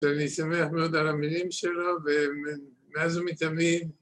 ‫שאני שמח מאוד על המילים שלו ‫ומאז ומתמיד